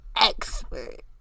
expert